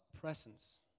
presence